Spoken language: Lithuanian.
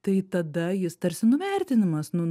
tai tada jis tarsi nuvertinamas nu